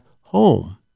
home